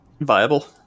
viable